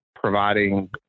providing